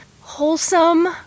wholesome